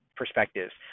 perspectives